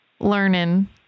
Learning